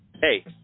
Hey